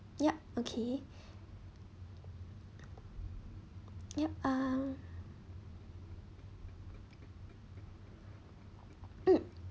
yup okay yup uh mm